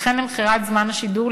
וכן למכירת זמן השידור,